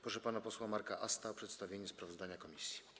Proszę pana posła Marka Asta o przedstawienie sprawozdania komisji.